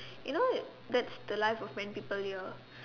you know that's the life of many people here